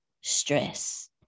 stress